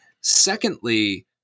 Secondly